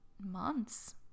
months